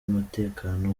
umutekano